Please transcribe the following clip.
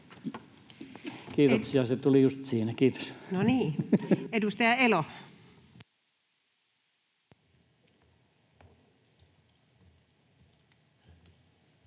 Kiitos.